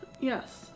Yes